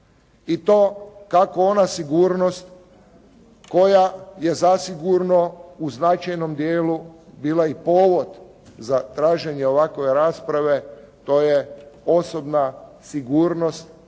I to kako ona sigurnost koja je zasigurno u značajnom dijelu bila i povod za traženje ovakove rasprave to je osobna sigurnost,